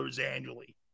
annually